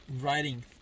writing